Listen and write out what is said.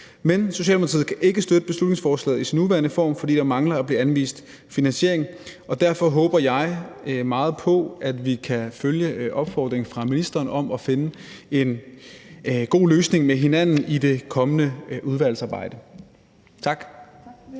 men Socialdemokratiet kan ikke støtte beslutningsforslaget i sin nuværende form, fordi der mangler at blive anvist finansiering. Derfor håber jeg meget på, at vi kan følge op på opfordringen fra ministeren om at finde en god løsning med hinanden i det kommende udvalgsarbejde. Tak.